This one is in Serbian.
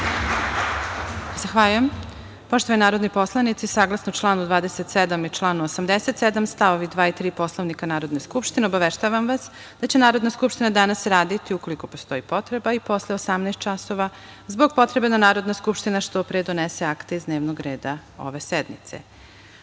Zahvaljujem. Poštovani narodni poslanici, saglasno članu 27. i članu 87. st. 2. i 3. Poslovnika Narodne skupštine, obaveštavam vas da će Narodna skupština danas raditi, ukoliko postoji potreba, i posle 18.00 časova, zbog potrebe da Narodna skupština što pre donese akte iz dnevnog reda ove sednice. Sada